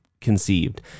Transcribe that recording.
conceived